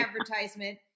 advertisement